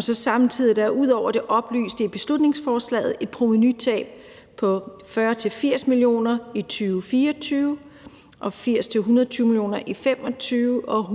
Samtidig er der ud over det, der er oplyst i beslutningsforslaget, et provenutab på 40-80 mio. kr. i 2024, 80-120 mio. kr. i 2025 og 100-150